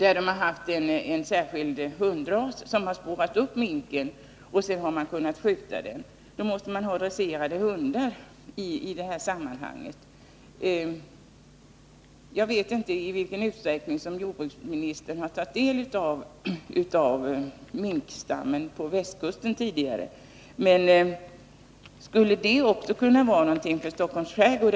Där har man använt sig av en särskild hundras som har spårat upp minken, och sedan har man kunnat skjuta den. Då måste man emellertid ha dresserade hundar. Jag vet inte i vilken utsträckning jordbruksministern har tagit del av minkproblemet på västkusten, men skulle den metod som har använts där kunna vara något också för Stockholms skärgård?